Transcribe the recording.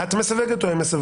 את מסווגת או הם מסווגים?